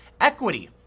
Equity